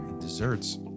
desserts